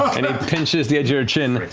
and he pinches the edge of your chin.